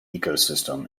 ecosystem